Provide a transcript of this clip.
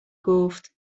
گفت